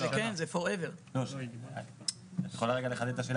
את יכולה רגע לחדד את השאלה,